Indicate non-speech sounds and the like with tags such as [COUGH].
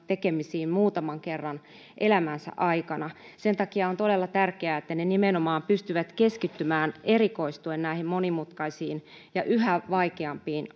tekemisiin muutaman kerran elämänsä aikana sen takia on todella tärkeää että ne nimenomaan pystyvät keskittymään erikoistuen näihin monimutkaisiin ja yhä vaikeampiin [UNINTELLIGIBLE]